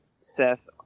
Seth